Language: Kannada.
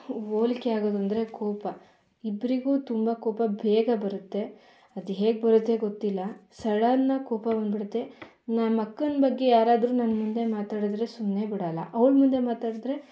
ಹೋಲಿಕೆ ಆಗೋದೆಂದ್ರೆ ಕೋಪ ಇಬ್ರಿಗೂ ತುಂಬ ಕೋಪ ಬೇಗ ಬರುತ್ತೆ ಅದು ಹೇಗೆ ಬರುತ್ತೆ ಗೊತ್ತಿಲ್ಲ ಸಡನ್ನಾಗಿ ಕೋಪ ಬಂದ್ಬಿಡುತ್ತೆ ನಮ್ಮಕ್ಕನ ಬಗ್ಗೆ ಯಾರಾದ್ರೂ ನನ್ನ ಮುಂದೆ ಮಾತಾಡಿದರೆ ಸುಮ್ಮನೆ ಬಿಡೋಲ್ಲ ಅವ್ಳು ಮುಂದೆ ಮಾತಾಡಿದರೆ